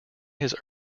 his